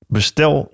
Bestel